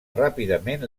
ràpidament